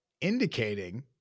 Indicating